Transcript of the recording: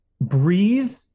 breathe